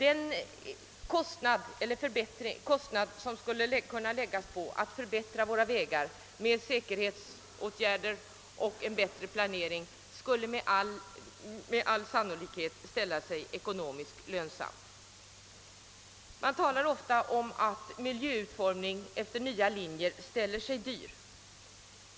En förbättring av våra vägar genom säkerhetsåtgärder och bättre planering skulle med all sannolikhet visa sig vara en investering som vore ekonomiskt lönsam. Man talar ofta om att miljöutformning efter nya linjer är dyrbar.